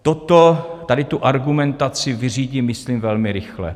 Toto, tady tu argumentaci, vyřídím myslím velmi rychle.